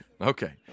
Okay